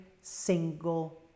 single